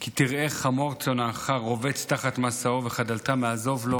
"כי תראה חמור שֹׂנאך רֹבץ תחת משאו וחדלת מעזֹב לו